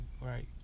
Right